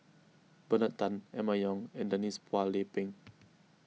Bernard Tan Emma Yong and Denise Phua Lay Peng